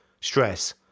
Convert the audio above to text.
stress